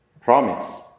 promise